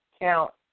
count